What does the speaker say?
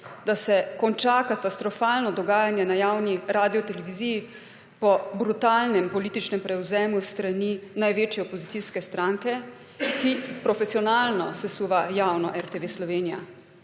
da se konča katastrofalno dogajanje na javni radioteleviziji po brutalnem političnem prevzemu s strani največje opozicijske stranke, ki profesionalno sesuva javno RTV Slovenija.